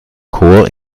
chor